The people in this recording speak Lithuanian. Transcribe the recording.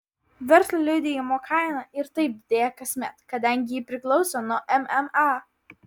verslo liudijimo kaina ir taip didėja kasmet kadangi ji priklauso nuo mma